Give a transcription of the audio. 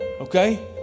Okay